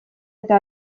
eta